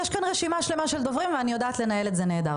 יש כאן רשימה שלמה של דוברים ואני יודעת לנהל את זה נהדר,